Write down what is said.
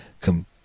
come